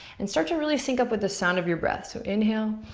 and start to really sync up with the sound of your breath. so inhale,